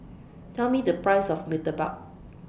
Tell Me The Price of Murtabak